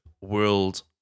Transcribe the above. World